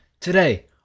Today